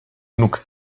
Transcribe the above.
nóg